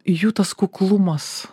jų tas kuklumas